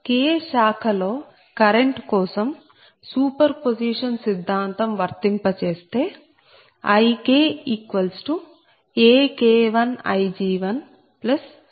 K శాఖ లో current కోసం సూపర్పొజిషన్ సిద్ధాంతం వర్తింపచేస్తే IKAK1Ig1AK2Ig2